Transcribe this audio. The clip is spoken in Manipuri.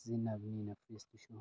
ꯁꯤꯖꯤꯟꯅꯕꯅꯤꯅ ꯐ꯭ꯔꯤꯁꯇꯨꯁꯨ